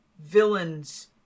villains-